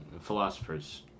philosophers